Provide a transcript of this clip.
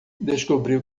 descobriu